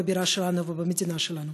בבירה שלנו ובמדינה שלנו.